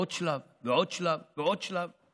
עוד שלב ועוד שלב ועוד שלב.